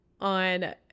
on